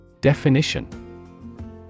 Definition